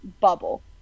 bubble